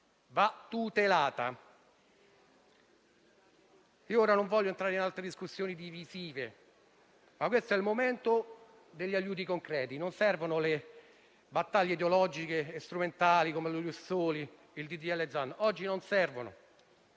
ma tutelata. Non voglio entrare in altre discussioni divisive, ma questo è il momento degli aiuti concreti. Non servono le battaglie ideologiche e strumentali, come lo *ius soli* e il disegno